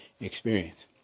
experience